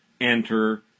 enter